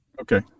Okay